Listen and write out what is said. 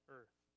earth